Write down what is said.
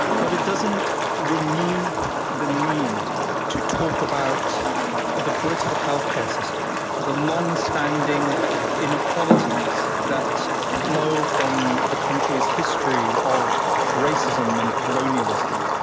but it doesn't remove the need to talk about the brittle health care system, the long standing inequalities that flow from the country's history of racism and colonialism,